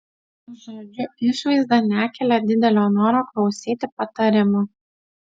žodžiu išvaizda nekelia didelio noro klausyti patarimų